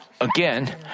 again